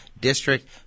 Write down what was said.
District